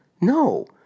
No